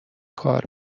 کار